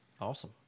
Awesome